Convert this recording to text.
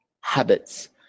habits